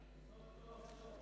בבקשה.